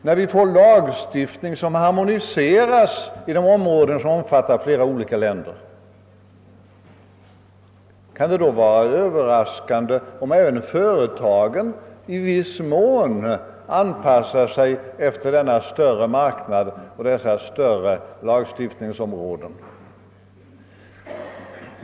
När dessutom lagstiftningen harmonieras i områden som omfattar flera länder, kan det väl inte vara Överraskande om även företagen i viss mån anpassar sig efter denna större marknad och dessa större lagstiftningsområden.